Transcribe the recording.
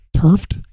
turfed